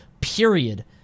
period